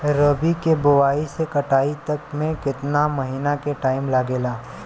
रबी के बोआइ से कटाई तक मे केतना महिना के टाइम लागेला?